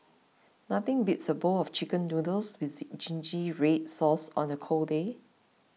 nothing beats a bowl of Chicken Noodles with Zingy Red Sauce on a cold day